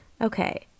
Okay